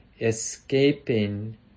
escaping